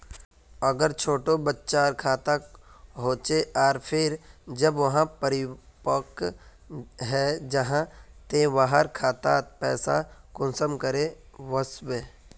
अगर छोटो बच्चार खाता होचे आर फिर जब वहाँ परिपक है जहा ते वहार खातात पैसा कुंसम करे वस्बे?